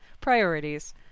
priorities